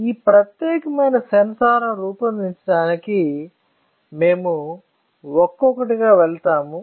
ఈ ప్రత్యేకమైన సెన్సార్ను రూపొందించడానికి మేము ఒక్కొక్కటిగా వెళ్తాము